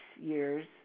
years